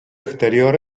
exterior